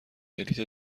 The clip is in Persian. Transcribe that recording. بلیط